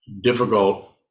difficult